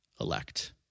elect